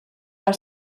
are